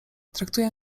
traktuję